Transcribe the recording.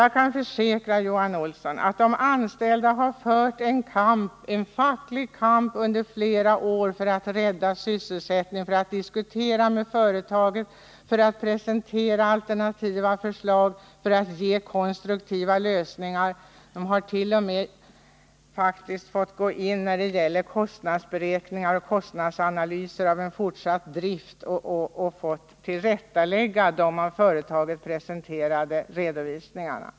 Jag kan försäkra Johan Olsson att de anställda har fört en facklig kamp under flera år för att rädda sysselsättningen, för att diskutera med företaget, för att presentera alternativa förslag och för att ge konstruktiva lösningar. De hart.o.m. fått gå in och hjälpa till med kostnadsberäkningar och kostnadsanalyser av en fortsatt drift och därvid fått tillrättalägga de av företaget presenterade redovisningarna.